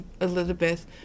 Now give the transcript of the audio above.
Elizabeth